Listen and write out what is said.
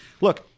Look